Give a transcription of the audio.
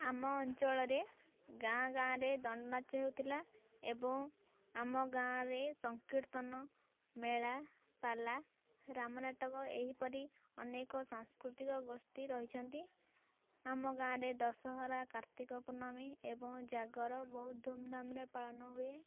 ଆମ ଅଞ୍ଚଳରେ ଗାଁ ଗାଁରେ ଦଣ୍ଡ ନାଚ ହେଉଥିଲା ଏବଂ ଆମ ଗାଁରେ ସଂକୀର୍ତ୍ତନ ମେଳା ପାଲା ରାମ ନାଟକ ଏହିପରି ଅନେକ ସାଂସ୍କୃତିକ ଗୋଷ୍ଠି ରହିଛନ୍ତି ଆମ ଗାଁରେ ଦଶହରା କାର୍ତ୍ତିକ ପୂର୍ଣ୍ଣମୀ ଏବଂ ଜାଗର ବହୁତ ଧୁମଧାମରେ ପାଳନ ହୁଏ